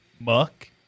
muck